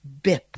Bip